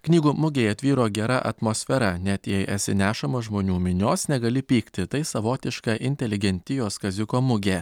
knygų mugėje tvyro gera atmosfera net jei esi nešamas žmonių minios negali pykti tai savotiška inteligentijos kaziuko mugė